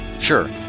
Sure